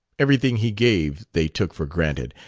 everything he gave they took for granted.